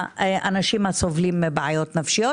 האנשים הסובלים מבעיות נפשיות,